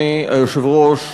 אדוני היושב-ראש,